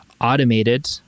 automated